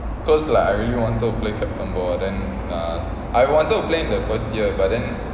because like I really wanted to play captain ball then uh I wanted to play the first year but then